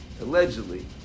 allegedly